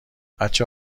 بچه